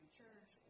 church